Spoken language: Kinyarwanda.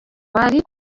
bari